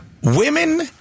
Women